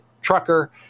trucker